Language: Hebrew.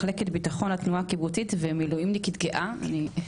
מחלקת ביטחון התנועה הקיבוצית ומילואימניקית גאה.